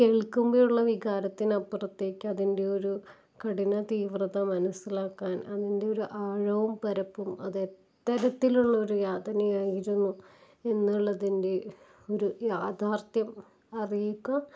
കേൾക്കുമ്പോളുള്ള വികാരത്തിനപ്പുറത്തേക്ക് അതിൻ്റെ ഒരു കഠിനതീവ്രത മനസ്സിലാക്കാൻ അതിൻ്റെ ഒരു ആഴവും പരപ്പും അതെത്തരത്തിലുള്ളൊരു യാതനയായിരുന്നു എന്നുള്ളതിൻ്റെ ഒരു യാഥാർഥ്യം അറിയിക്കാൻ